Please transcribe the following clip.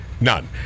None